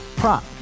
prop